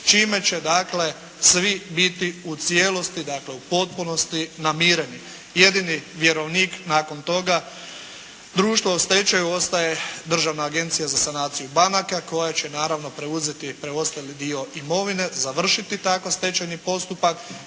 čime će svi biti u cijelosti, u potpunosti namireni. Jedini vjerovnik nakon toga, društvo u stečaju, ostaje Državna agencija za sanaciju banaka koja će naravno preuzeti preostali dio imovine, završiti tako stečajni postupak,